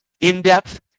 in-depth